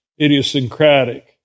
idiosyncratic